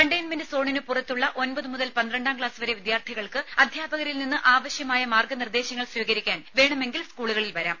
containment സോണിന് പുറത്തുള്ള ഒൻപത് മുതൽ പന്ത്രണ്ടാം ക്ലാസ് വിദ്യാർത്ഥികൾക്ക് അധ്യാപകരിൽ നിന്ന് വരെ ആവശ്യമായ മാർഗനിർദ്ദേശങ്ങൾ സ്വീകരിക്കാൻ വേണമെങ്കിൽ സ്കൂളുകളിൽ വരാം